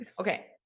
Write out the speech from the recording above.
Okay